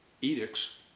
edicts